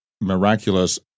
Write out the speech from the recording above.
miraculous